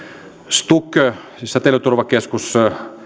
stuk siis säteilyturvakeskus